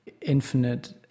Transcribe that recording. infinite